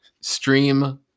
stream